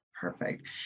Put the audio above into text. Perfect